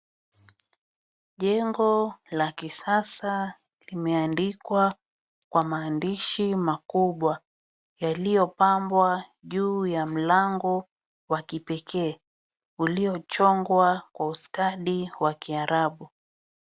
Jengo la kisasa limeandikwa kwa maandishi makubwa yaliyopangwa juu ya mlango wa kipekee uliochongwa kwa ustadi wa kiarabu.